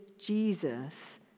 Jesus